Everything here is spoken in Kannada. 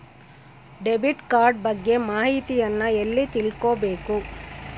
ಡೆಬಿಟ್ ಕಾರ್ಡ್ ಬಗ್ಗೆ ಮಾಹಿತಿಯನ್ನ ಎಲ್ಲಿ ತಿಳ್ಕೊಬೇಕು?